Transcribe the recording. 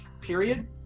period